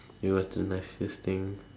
it was the nicest thing